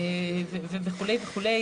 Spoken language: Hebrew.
וכו' וכו',